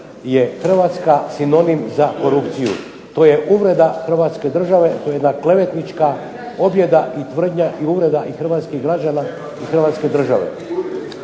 je Hrvatska sinonim za korupciju. To je uvreda hrvatske države, to je jedna klevetnička objeda i tvrdnja i uvreda i hrvatskih građana i hrvatske države.